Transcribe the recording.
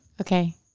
Okay